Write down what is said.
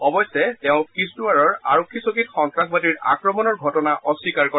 অৱশ্যে তেওঁ কিস্তৱাৰৰ আৰক্ষী চকীত সন্ত্ৰাসবাদীৰ আক্ৰমণৰ ঘটনা অস্বীকাৰ কৰে